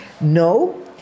no